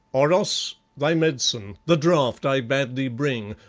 oros, thy medicine, the draught i bade thee bring!